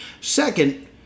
Second